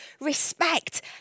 respect